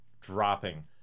dropping